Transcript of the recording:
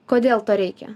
kodėl to reikia